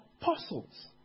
apostles